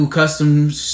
customs